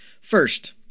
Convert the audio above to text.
First